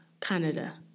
Canada